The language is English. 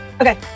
okay